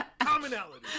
Commonality